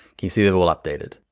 can you see that it all updated.